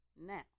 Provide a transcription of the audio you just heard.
Now